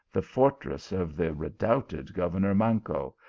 the fortress of the redoubted governor manco,